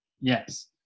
Yes